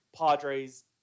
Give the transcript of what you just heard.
padres